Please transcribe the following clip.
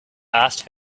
asked